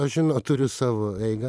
aš žino turiu savo eigą